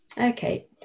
Okay